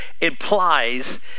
implies